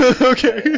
Okay